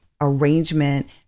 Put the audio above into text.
arrangement